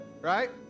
right